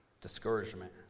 discouragement